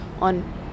on